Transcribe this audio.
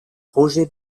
roger